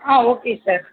ah okay sir